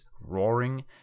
roaring